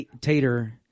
Tater